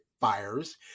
fires